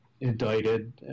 indicted